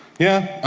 yeah,